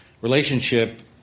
relationship